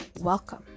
welcome